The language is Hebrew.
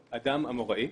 אמוראי,